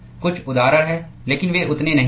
कुछ उदाहरण हैं लेकिन वे उतने नहीं हैं